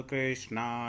Krishna